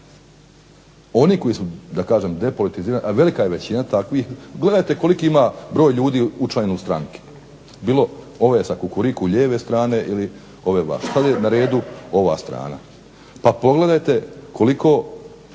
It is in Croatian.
Oni koji su depolitizirani, a velika je većina takvih, pogledajte koliko ima broj ljudi učlanjeni u stranke, bilo ove kukuriku lijeve strane ili ove vlasti, sada je na redu ova strana. Pa pogledajte koliko